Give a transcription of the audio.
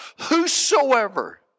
whosoever